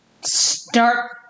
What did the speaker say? start